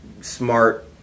smart